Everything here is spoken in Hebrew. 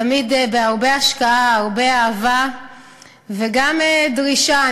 תמיד בהרבה השקעה, בהרבה אהבה וגם בדרישה.